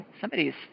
somebody's